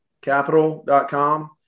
Capital.com